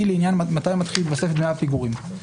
היא לעניין מתי מתחילים להתווסף דמי הפיגורים.